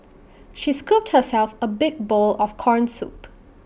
she scooped herself A big bowl of Corn Soup